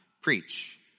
preach